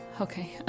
Okay